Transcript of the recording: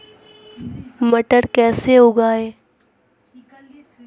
मटर कैसे उगाएं?